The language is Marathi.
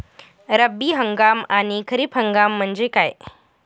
रब्बी हंगाम आणि खरीप हंगाम म्हणजे काय?